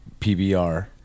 PBR